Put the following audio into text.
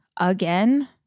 again